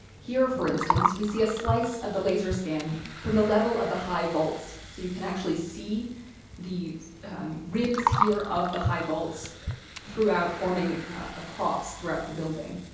here for instance, we see a slice of the laser scan from the level of the high vaults. so you can actually see the um ribs here of the high vaults throughout forming across throughout the building.